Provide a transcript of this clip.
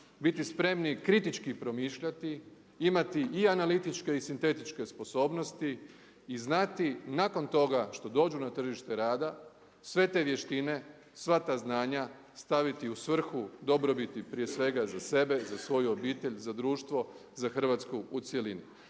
biti spremni kritički promišljati, imati i analitičke i sintetičke sposobnosti i znati nakon toga što dođu na tržište rada sve te vještine, sva ta znanja staviti u svrhu dobrobiti prije svega za sebe i za svoju obitelj, za društvo, za Hrvatsku u cjelini.